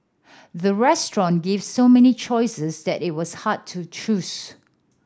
the restaurant gave so many choices that it was hard to choose